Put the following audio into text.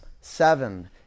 seven